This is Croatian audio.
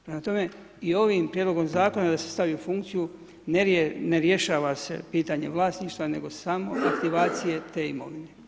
Prema tome i ovim prijedlogom zakona da se stavi u funkciju ne rješava se pitanje vlasništva nego samo aktivacije te imovine.